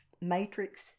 matrix